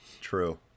true